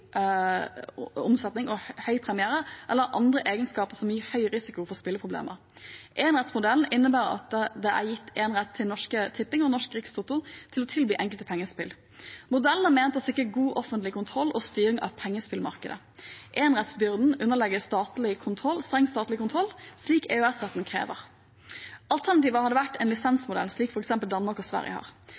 omsetning og høye premier eller andre egenskaper som gir høy risiko for spilleproblemer. Enerettsmodellen innebærer at det er gitt enerett til Norsk Tipping og Norsk Rikstoto til å tilby enkelte pengespill. Modellen er ment å sikre god offentlig kontroll og styring av pengespillmarkedet. Enerettsbyrden underlegges streng statlig kontroll, slik EØS-retten krever. Alternativet hadde vært en lisensmodell, slik f.eks. Danmark og Sverige har.